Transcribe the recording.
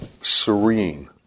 serene